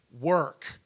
work